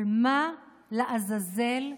לעזאזל,